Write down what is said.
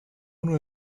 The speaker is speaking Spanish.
uno